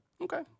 Okay